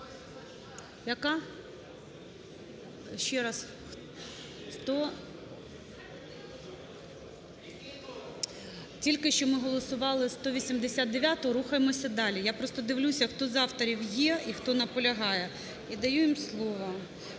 Яка? Ще раз, сто… Тільки що ми голосували 179-у. Рухаємося далі. Я просто дивлюся, хто з авторів є і хто наполягає, і даю їм слово.